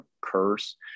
curse